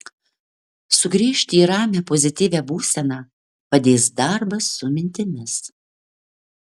sugrįžti į ramią pozityvią būseną padės darbas su mintimis